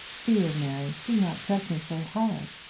dear mary, do not press me so hard.